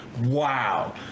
wow